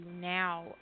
now